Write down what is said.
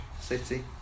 city